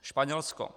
Španělsko.